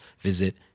visit